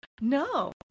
No